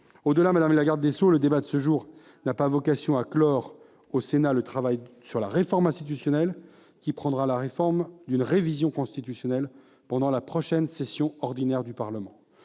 Au-delà, madame la garde des sceaux, le débat de ce jour n'a pas vocation à clore, au Sénat, le travail sur la réforme institutionnelle, qui prendra la forme d'une révision constitutionnelle pendant la prochaine session ordinaire du Parlement.